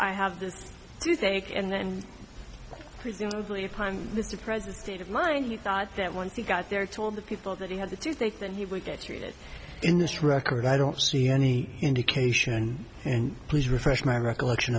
i have this to thank and presumably upon mr president of mind he thought that once he got there told the people that he had to to think that he would get treated in this record i don't see any indication and please refresh my recollection